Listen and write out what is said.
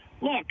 Look